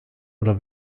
oder